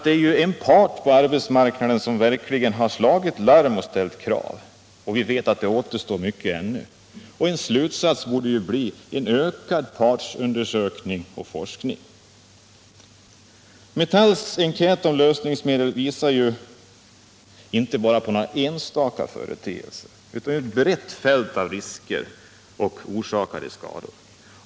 Det är ju en part på arbetsmarknaden som verkligen har slagit larm och ställt krav, och vi vet att det fortfarande återstår mycket. En slutsats borde bli att det behövs ökad partsundersökning och forskning. Metalls enkät om lösningsmedel visar inte bara på några enstaka företeelser utan på ett brett fält av risker och orsakade skador.